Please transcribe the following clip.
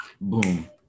boom